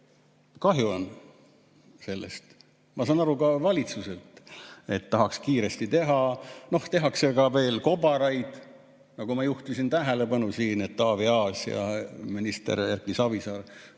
Kahju on sellest. Ma saan aru ka valitsusest, et tahaks kiiresti teha. Tehakse ka veel kobaraid, nagu ma juhtisin tähelepanu siin, et Taavi Aas ja minister Erki Savisaar